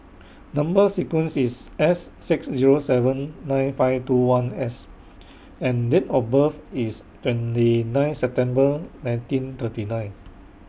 Number sequence IS S six Zero seven nine five two one S and Date of birth IS twenty nine September nineteen thirty nine